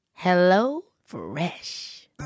HelloFresh